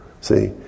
See